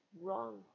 wrong